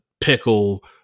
pickle